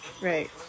Right